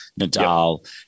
Nadal